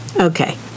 okay